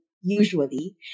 usually